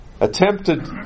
attempted